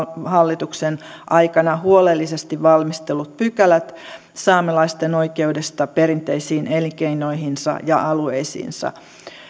hallituksen aikana huolellisesti valmistellut pykälät saamelaisten oikeudesta perinteisiin elinkeinoihinsa ja alueisiinsa